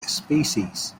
species